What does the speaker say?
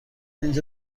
اینجا